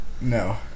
no